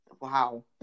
Wow